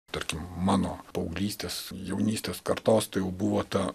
tarkim mano paauglystės jaunystės kartos tai jau buvo ta